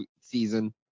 season